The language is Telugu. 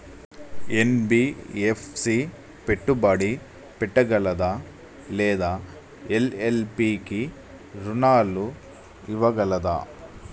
ఎన్.బి.ఎఫ్.సి పెట్టుబడి పెట్టగలదా లేదా ఎల్.ఎల్.పి కి రుణాలు ఇవ్వగలదా?